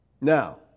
Now